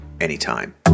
anytime